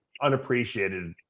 unappreciated